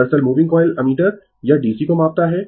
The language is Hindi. दरअसल मूविंग कॉइल एमीटर यह DC को मापता है